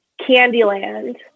Candyland